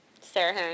Sarah